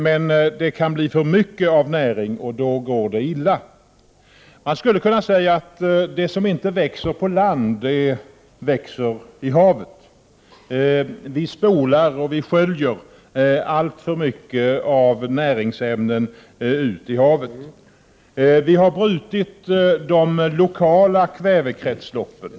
Men det kan bli för mycket näring, övergödning, och då går det illa. Man skulle kunna säga att det som inte växer på land, det växer i havet. Vi spolar och vi sköljer alltför stora mängder näringsämnen ut i havet. Vi har brutit de lokala kvävekretsloppen.